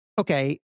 okay